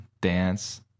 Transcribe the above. dance